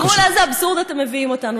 תראו לאיזה אבסורד אתם מביאים אותנו.